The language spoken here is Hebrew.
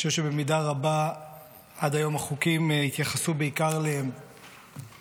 אני חושב שבמידה רבה עד היום החוקים התייחסו בעיקר להורים.